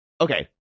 okay